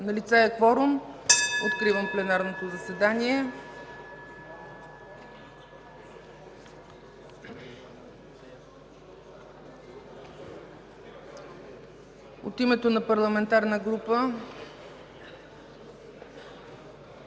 Налице е кворум. Откривам пленарното заседание. (Звъни.) От името на парламентарна група.